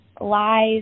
lies